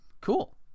cool